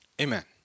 Amen